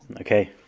Okay